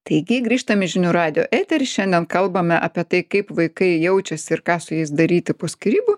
taigi grįžtam į žinių radijo eterį šiandien kalbame apie tai kaip vaikai jaučiasi ir ką su jais daryti po skyrybų